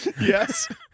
Yes